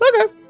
Okay